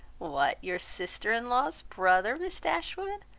what! your sister-in-law's brother, miss dashwood?